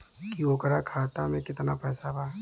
की ओकरा खाता मे कितना पैसा बा?